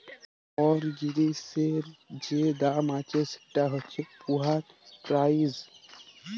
call জিলিসের যে দাম আছে সেট হছে উয়ার পেরাইস